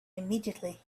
immediately